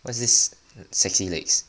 what's this sexy legs